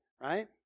Right